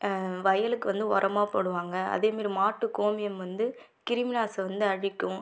வயலுக்கு வந்து உரமா போடுவாங்க அதேமாரி மாட்டுக்கோமியம் வந்து கிருமிநாஸ வந்து அழிக்கும்